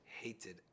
hated